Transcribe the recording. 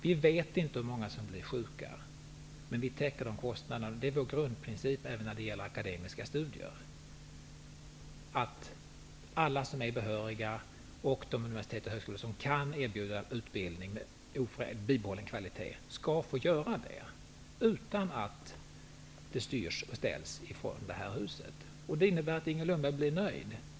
Vi vet inte hur många som blir sjuka, men vi täcker kostnaderna. Det är vår grundprincip även när det gäller akademiska studier. Alla som är behöriga skall få studera, och de universitet och högskolor som kan erbjuda utbildning med bibehållen kvalitet skall få göra det utan att det styrs och ställs från detta hus. Det innebär att Inger Lundberg blir nöjd.